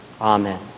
Amen